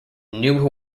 new